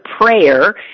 prayer